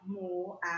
more